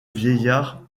vieillard